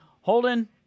Holden